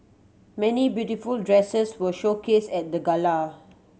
many beautiful dresses were showcased at the gala